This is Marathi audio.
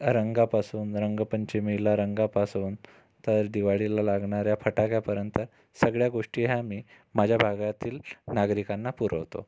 रंगापासून रंगपंचमीला रंगापासून तर दिवाळीला लागणाऱ्या फटाक्यापर्यंत सगळ्या गोष्टी ह्या मी माझ्या भागातील नागरिकांना पुरवतो